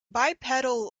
bipedal